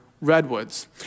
Redwoods